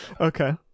Okay